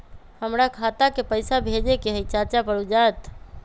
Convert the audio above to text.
हमरा खाता के पईसा भेजेए के हई चाचा पर ऊ जाएत?